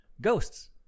Ghosts